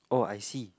oh I see